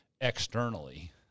externally